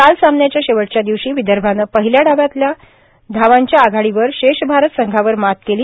काल सामन्याच्या शेवटच्या दिवशी विदर्भानं पहिल्या डावातल्या धावांच्या आघाडीवर शेष आरत संघावर मात केली